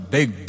Big